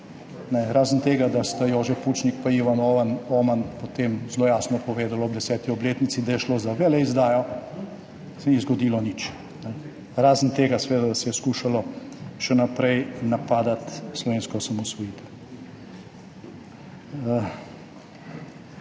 razen tega, da sta Jože Pučnik in Ivan Oman potem zelo jasno povedala ob 10. obletnici, da je šlo za veleizdajo, se ni zgodilo nič, razen tega, seveda, da se je skušalo še naprej napadati slovensko osamosvojitev.